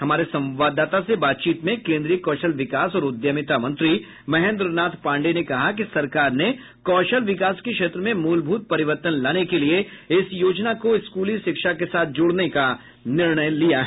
हमारे संवाददाता से बातचीत में कोन्द्रीय कौशल विकास और उद्यमिता मंत्री महेन्द्र नाथ पांडेय ने कहा कि सरकार ने कौशल विकास के क्षेत्र में मूलभूत परिवर्तन लाने के लिए इस योजना को स्कूली शिक्षा के साथ जोडने का निर्णय लिया है